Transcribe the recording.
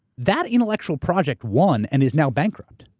that intellectual project won, and is now bankrupt.